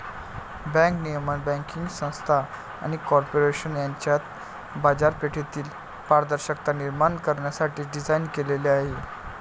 bank नियमन banking संस्था आणि कॉर्पोरेशन यांच्यात बाजारपेठेतील पारदर्शकता निर्माण करण्यासाठी डिझाइन केलेले आहे